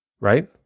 right